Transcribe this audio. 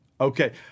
Okay